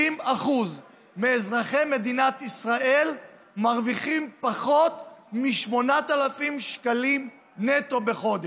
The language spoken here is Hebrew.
50% מאזרחי מדינת ישראל מרוויחים פחות מ-8,000 שקלים נטו בחודש.